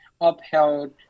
upheld